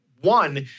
One